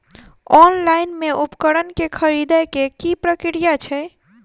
Online मे उपकरण केँ खरीदय केँ की प्रक्रिया छै?